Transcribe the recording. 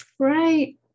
Right